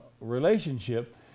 relationship